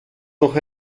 noch